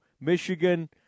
Michigan